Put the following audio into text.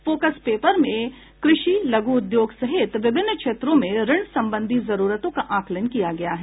focus paper में कृषि लघू उद्योग सहित विभिन्न क्षेत्रों में ऋण संबंधी जरुरतों का आकलन किया गया है